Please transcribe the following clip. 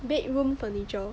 bedroom furniture